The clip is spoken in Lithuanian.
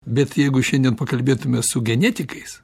bet jeigu šiandien pakalbėtumėme su genetikais